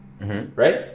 right